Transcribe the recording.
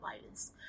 violence